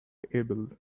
able